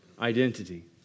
identity